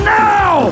now